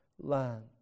land